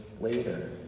later